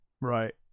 Right